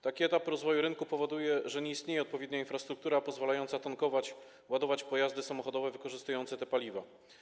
Taki etap rozwoju tego rynku powoduje, że nie istnieje odpowiednia infrastruktura pozwalająca tankować, ładować pojazdy samochodowe wykorzystujące te paliwa.